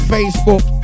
Facebook